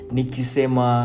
Nikisema